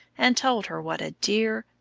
and told her what a dear,